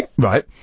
Right